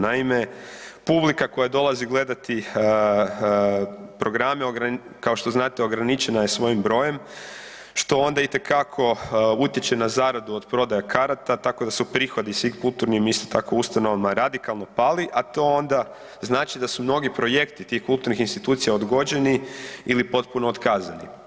Naime, publika koja dolazi gledati programe, kao što znate, ograničena je svojim brojem što onda itekako utječe na zaradu od prodaje karata tako su prihodi svim kulturnim isto tako ustanovama radikalno pali, a to onda znači da su mnogi projekti tih kulturnih ustanova odgođeni ili potpuno otkazani.